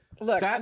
look